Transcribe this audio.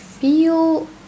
Feel